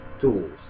tools